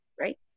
Right